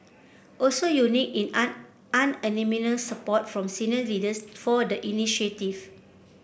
also unique in unanimous support from senior leaders for the initiative